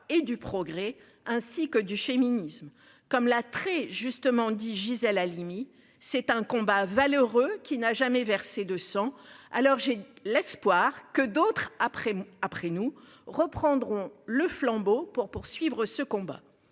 et du progrès, ainsi que du féminisme, comme l'a très justement dit Gisèle Halimi. C'est un combat valeureux qui n'a jamais versé de sang alors j'ai l'espoir que d'autres après, après nous reprendrons le flambeau pour poursuivre ce combat.